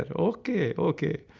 but ok, ok.